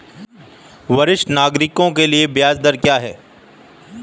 वरिष्ठ नागरिकों के लिए ब्याज दर क्या हैं?